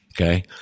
okay